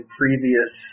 previous